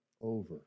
over